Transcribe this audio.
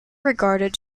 regarded